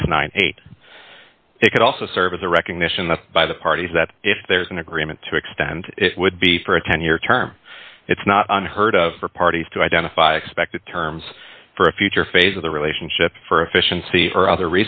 and ninety eight it could also serve as a recognition of by the parties that if there's an agreement to extend it would be for a ten year term it's not unheard of for parties to identify expected terms for a future phase of the relationship for efficiency for other